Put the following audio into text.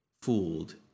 fooled